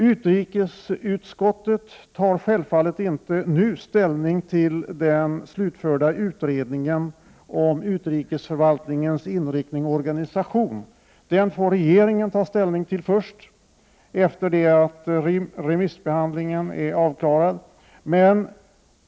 Utrikesutskottet tar självfallet inte nu ställning till den slutförda utredningen om utrikesförvaltningens inriktning och organisation. Den får regeringen ta ställning till först, efter det att remissbehandlingen är avklarad.